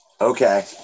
Okay